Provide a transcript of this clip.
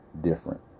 different